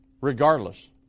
regardless